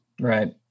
right